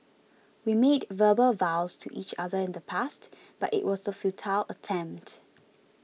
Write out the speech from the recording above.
we made verbal vows to each other in the past but it was a futile attempt